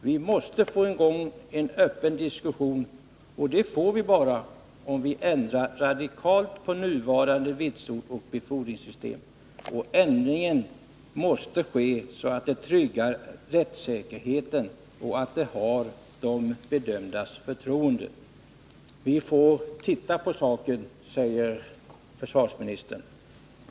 Vi måste få i gång en öppen diskussion, och det får vi bara om vi radikalt ändrar nuvarande vitsordsoch befordringssystem, och ändringen måste ske så att den tryggar rättssäkerheten och har de bedömdas förtroende. Vi får titta på saken, säger försvarsministern.